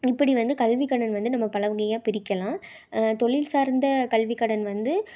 இப்படி வந்து கல்விக் கடன் வந்து நம்ம பல வகையாக பிரிக்கலாம் தொழில் சார்ந்த கல்விக் கடன் வந்து